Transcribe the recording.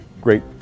great